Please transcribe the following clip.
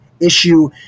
issue